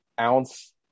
ounce